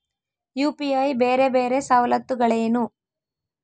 UPI ಬೇರೆ ಬೇರೆ ಸವಲತ್ತುಗಳೇನು?